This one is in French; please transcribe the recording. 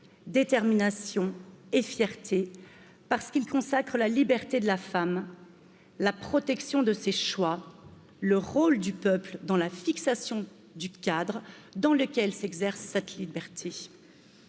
Détermination et fierté parce qu'ils consacrent la liberté de la femme la protection de ses choix, le rôle du peuple dans la fixation du cadre dans lequel s'exerce cette liberté